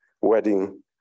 wedding